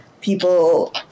people